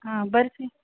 हा बर्फी